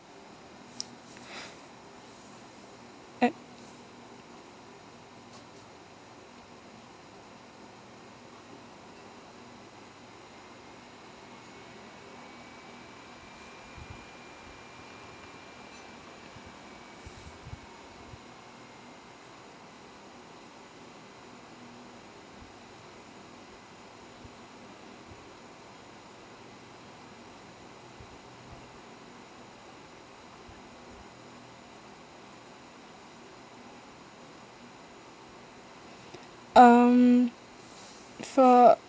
uh um for